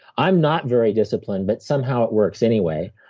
i'm not very disciplined, but somehow it works anyway.